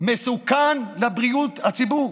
"מסוכן לבריאות הציבור".